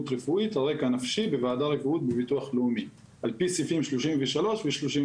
רפואית על רקע נפשי בוועדה רפואית בביטוח לאומי על פי סעיפים 33 ו-34,